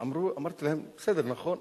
ואמרתי להם: בסדר, נכון?